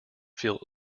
feel